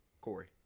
Corey